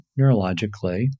neurologically